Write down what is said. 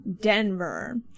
Denver